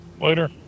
Later